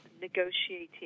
negotiating